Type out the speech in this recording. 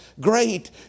great